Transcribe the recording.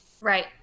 right